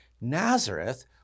Nazareth